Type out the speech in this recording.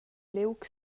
liug